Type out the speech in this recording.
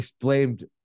blamed